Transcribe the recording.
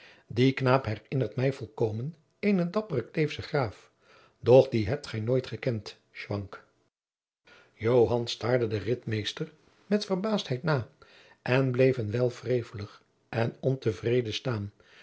die knaap herinnert mij volkomen eenen dapperen kleefschen graaf doch dien hebt gij nooit gekend schwanck joan staarde den ritmeester met verbaasdheid na en bleef een wijl wrevelig en ontevrede staan